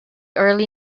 early